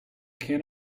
can